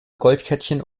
goldkettchen